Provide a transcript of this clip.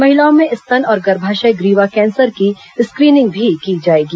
महिलाओं में स्तन और गर्भाशय ग्रीवा कैंसर की स्क्रीनिंग भी की जाएगी